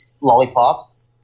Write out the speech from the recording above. lollipops